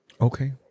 Okay